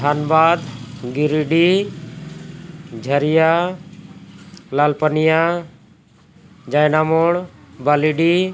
Dhanbad Giridih Jharia Lalpania Jaina More Balidih